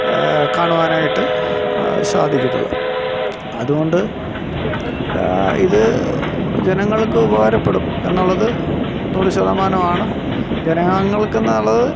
കാണുവാനായിട്ട് സാധിക്കുന്നത് അതുകൊണ്ട് ഇത് ജനങ്ങൾക്ക് ഉപകാരപ്പെടും എന്നുള്ളത് നൂറ് ശതമാനമാണ് ജനങ്ങൾക്ക് എന്നുള്ളത്